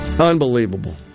unbelievable